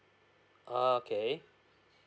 okay